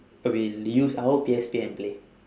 will be use our P_S_P and play